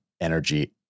energy